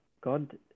God